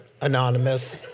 Anonymous